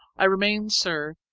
i remain, sir,